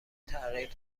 تغییر